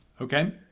Okay